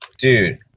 Dude